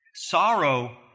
Sorrow